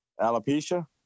alopecia